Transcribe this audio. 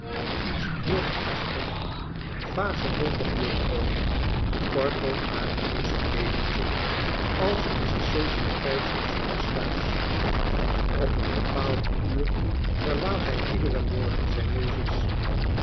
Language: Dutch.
iets heerachtig vagebondig leven kortom nagenoeg zoo'n leventje als onze societeits bezoekers thuis op een bepaald uur verlaat hij iederen morgen zijn logies